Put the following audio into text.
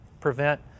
prevent